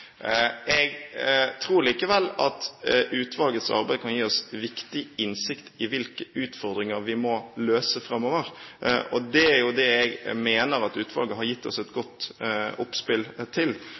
Jeg tror likevel at utvalgets arbeid kan gi oss viktig innsikt i hvilke utfordringer vi må løse framover, og det er det jeg mener utvalget har gitt oss et